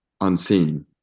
unseen